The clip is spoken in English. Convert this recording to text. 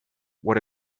what